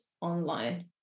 online